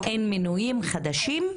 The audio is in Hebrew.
מינויים חדשים,